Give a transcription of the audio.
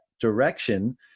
direction